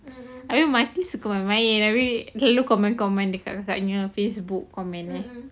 habis mak kin suka main-main habis dia selalu comment comment dekat kakak punya facebook comment